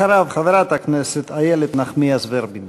אחריו, חברת הכנסת איילת נחמיאס ורבין.